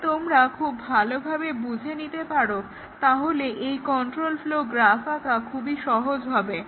যদি আমরা খুব ভালোভাবে বুঝে নিতে পারি তাহলে এই কন্ট্রোল ফ্লো গ্রাফ আঁকা খুবই সহজ হবে